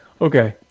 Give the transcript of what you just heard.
Okay